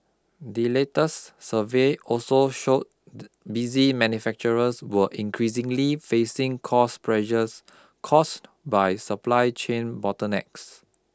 the latest survey also showed busy manufacturers were increasingly facing cost pressures caused by supply chain bottlenecks